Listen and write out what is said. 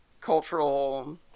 cultural